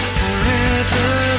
forever